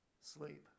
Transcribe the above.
sleep